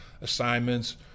assignments